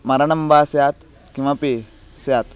मरणं वा स्यात् किमपि स्यात्